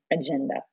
agenda